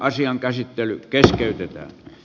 asian käsittely keskeytetään